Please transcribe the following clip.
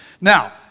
Now